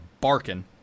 barking